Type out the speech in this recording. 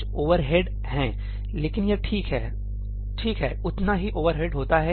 कुछ ओवरहेड है लेकिन यह ठीक है ठीक है उतना ही ओवरहेड होता है